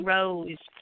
Rose